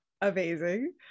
amazing